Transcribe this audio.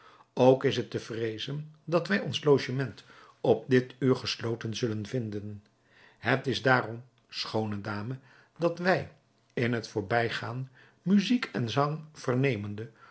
ook is het te vreezen dat wij ons logement op dit uur gesloten zullen vinden het is daarom schoone dame dat wij in het voorbijgaan muzijk en zang vernemende